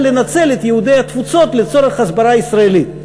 לנצל את יהודי התפוצות לצורך הסברה ישראלית.